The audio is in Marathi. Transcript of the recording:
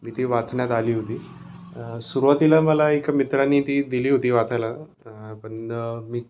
मी ती वाचण्यात आली होती सुरुवातीला मला एक मित्राने ती दिली होती वाचायला पण मी